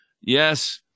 yes